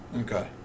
Okay